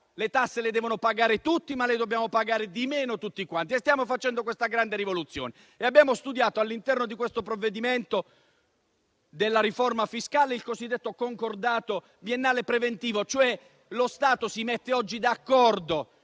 Le tasse le devono pagare tutti, ma ne dobbiamo pagare di meno tutti quanti. Stiamo facendo questa grande rivoluzione e abbiamo studiato all'interno della riforma fiscale il cosiddetto concordato biennale preventivo. Lo Stato si mette cioè d'accordo